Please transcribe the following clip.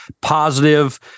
positive